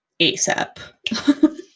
ASAP